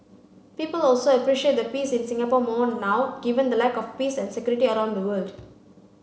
people also appreciate the peace in Singapore more now given the lack of peace and security around the world